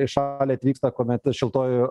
į šalį atvyksta kuomet šiltuoju